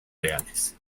reales